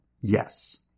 Yes